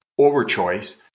overchoice